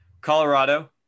Colorado